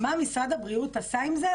מה משרד הבריאות עשה עם זה?